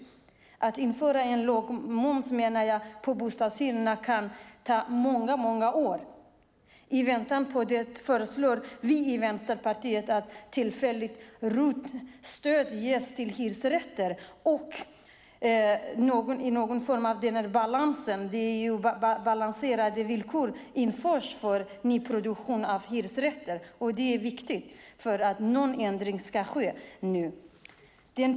Att införa en låg moms på bostadshyrorna menar jag kan ta många år. I väntan på det föreslår vi i Vänsterpartiet att ett tillfälligt ROT-stöd ges till hyresrätter och att någon form av balanserade villkor införs för nyproduktion av hyresrätter. Det är viktigt för att någon ändring ska ske nu.